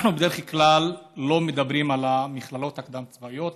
אנחנו בדרך כלל לא מדברים על המכללות הקדם-צבאיות.